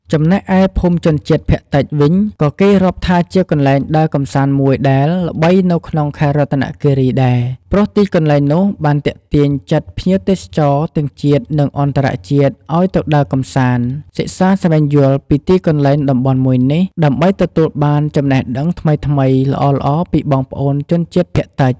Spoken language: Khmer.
ចំណែកឯ ភូមិជនជាតិភាគតិចវិញក៏គេរាប់ថាជាកន្លែងដើរកម្សាន្តមួយដែលល្បីនៅក្នុងខេត្តរតនគីរីដែរ ព្រោះទីកន្លែងនោះបានទាក់ទាញចិត្តភ្ញៀវទេសចរទាំងជាតិនិងអន្តរជាតិឲ្យទៅដើរកម្សាន្ត សិក្សាស្វែងយល់ពីទីកន្លែងតំបន់មួយនេះ ដើម្បីទទួលលបានចំណេះដឹងថ្មីៗល្អៗពីបងប្អូនជនជាតិភាគតិច។